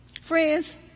Friends